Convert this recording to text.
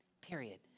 period